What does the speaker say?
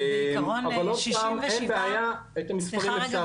אבל עוד פעם אין בעיה, את המספרים אפשר להגיד.